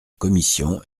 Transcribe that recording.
commission